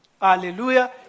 Hallelujah